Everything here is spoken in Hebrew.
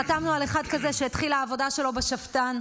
חתמנו על אחד כזה שהתחילה העבודה שלו בשפד"ן,